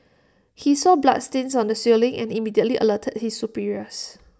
he saw bloodstains on the ceiling and immediately alerted his superiors